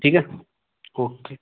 ठीक है ओके